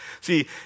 See